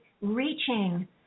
reaching